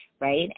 right